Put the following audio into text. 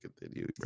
continue